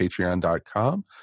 patreon.com